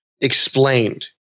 explained